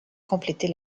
compléter